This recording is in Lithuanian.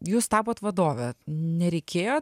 jūs tapot vadove nereikėjo